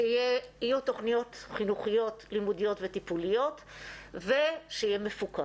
שיהיו תוכניות חינוכיות לימודיות וטיפוליות ושיהיה מפוקח.